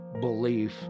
belief